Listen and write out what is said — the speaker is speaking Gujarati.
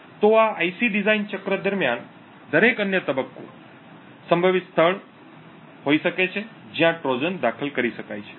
તો આ IC ડિઝાઇન ચક્ર દરમ્યાન દરેક અન્ય તબક્કો સંભવિત સ્થળ હોઈ શકે છે જ્યાં ટ્રોજન દાખલ કરી શકાય છે